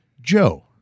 Joe